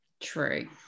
true